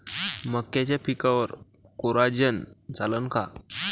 मक्याच्या पिकावर कोराजेन चालन का?